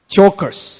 Chokers